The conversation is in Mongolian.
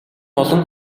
олон